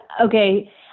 okay